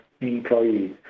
employees